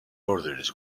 orders